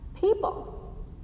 people